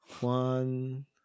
One